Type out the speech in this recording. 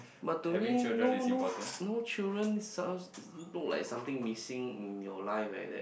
but to me no no no children sounds no like something missing in your life like that